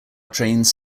trains